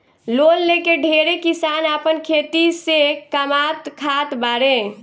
loan लेके ढेरे किसान आपन खेती से कामात खात बाड़े